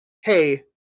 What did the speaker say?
hey